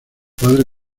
padre